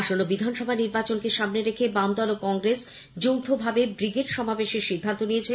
আসন্ন বিধানসভা নির্বাচনকে সামনে রেখে বাম দল ও কংগ্রেস যৌথভাবে বিগ্রেড সমাবেশের সিদ্ধান্ত নিয়েছে